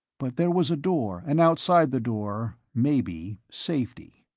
but there was a door, and outside the door, maybe, safety.